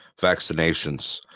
vaccinations